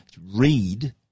read